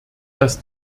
dass